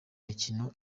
mikino